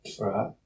Right